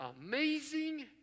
amazing